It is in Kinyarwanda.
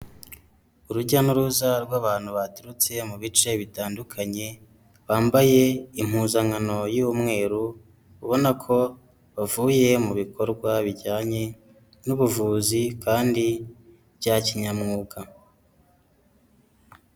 Urujya n'uruza rw'abantu baturutse mu bice bitandukanye, bambaye impuzankano y'umweru, ubona ko bavuye mu bikorwa bijyanye n'ubuvuzi kandi bya kinyamwuga.